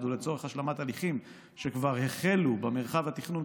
ולצורך השלמת הליכים שכבר החלו במרחב התכנון,